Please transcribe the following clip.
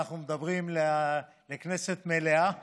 אנחנו מדברים לכנסת מלאה ולאומה.